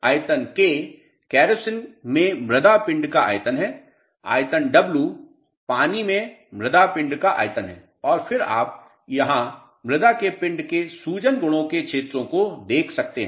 आयतन k kerosene में मृदा पिंड का आयतन है आयतन w पानी में मृदा पिंड का आयतन है और फिर आप यहाँ मृदा के पिंड के सूजन गुणों के क्षेत्रों को देख सकते हैं